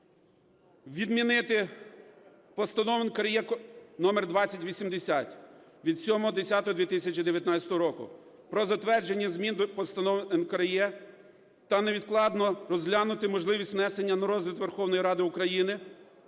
відмінити Постанову НКРЕ номер 2080 від 07.10.2019 року про затвердження змін до постанов НКРЕ та невідкладно розглянути можливість внесення на розгляд Верховної Ради України